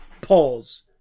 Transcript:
Pause